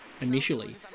initially